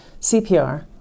CPR